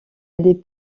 des